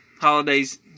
Holidays